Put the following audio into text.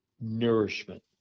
nourishment